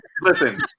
listen